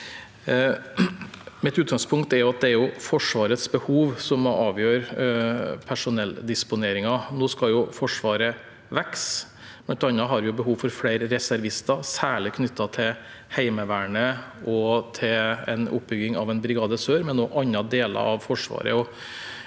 Mitt utgangspunkt er at det er Forsvarets behov som må avgjøre personelldisponeringen. Nå skal Forsvaret vokse. Blant annet har vi behov for flere reservister, særlig knyttet til Heimevernet og til oppbygging av en Brigade Sør med noen andre deler av Forsvaret.